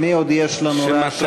מי עוד יש לנו רעשנים?